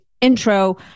intro